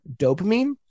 dopamine